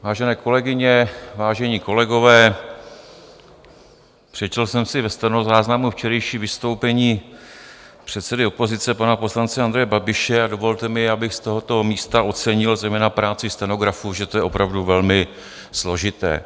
Vážené kolegyně, vážení kolegové, přečetl jsem si ve stenozáznamu včerejší vystoupení předsedy opozice, pana poslance Andreje Babiše, a dovolte mi, abych z tohoto místa ocenil zejména práci stenografů, protože to je opravdu velmi složité.